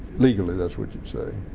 legally that's what you'd say.